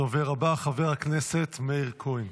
הדובר הבא, חבר הכנסת מאיר כהן.